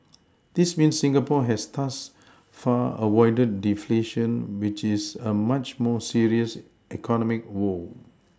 this means Singapore has thus far avoided deflation which is a much more serious economic woe